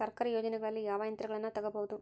ಸರ್ಕಾರಿ ಯೋಜನೆಗಳಲ್ಲಿ ಯಾವ ಯಂತ್ರಗಳನ್ನ ತಗಬಹುದು?